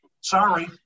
Sorry